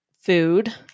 food